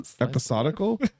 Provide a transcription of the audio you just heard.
episodical